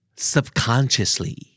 Subconsciously